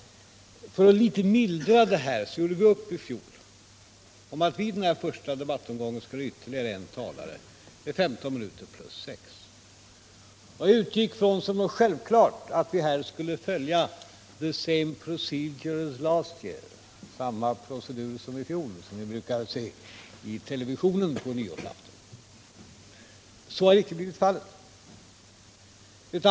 För att i någon mån mildra detta gjorde vi fjol upp om att i den första debattomgången skulle ytterligare en socialdemokratisk talare delta med 15 plus 6 minuter. Vi utgick ifrån som någonting självklart att vi i år skulle följa ”the same procedure as last year” — samma procedur som i fjol — som det heter i en sketch som vi brukar se i televisionen på nyårsafton. Så har inte blivit fallet.